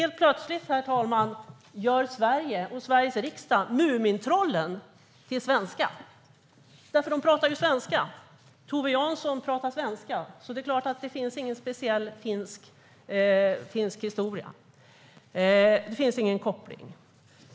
Helt plötsligt gör Sverige och Sveriges riksdag mumintrollen svenska, herr talman - för de pratar ju svenska. Tove Jansson pratar svenska, så då är det klart att det inte finns någon speciell finsk historia. Det finns ingen koppling.